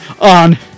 on